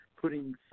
putting